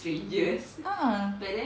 ah